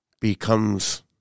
becomes